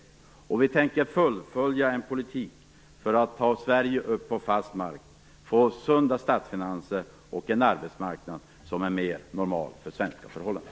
Vi centerpartister tänker fullfölja en politik för att ta Sverige upp på fast mark, få sunda statsfinanser och en arbetsmarknad som är mer normal för svenska förhållanden.